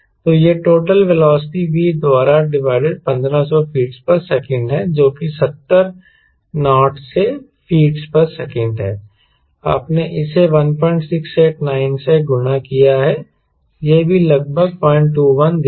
तो यह total velocity V द्वारा डिवाइडेड 1500 fts है जो कि 70 नॉट से fts है आपने इसे 1689 से गुणा किया है यह भी लगभग 021 देगा